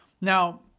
Now-